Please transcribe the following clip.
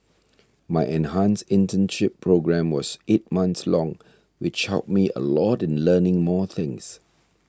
my enhanced internship programme was eight months long which helped me a lot in learning more things